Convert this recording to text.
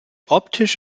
optisch